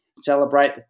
celebrate